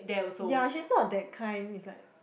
ya she's not that kind it's like